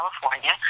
California